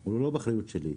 הוא לא באחריות שלי.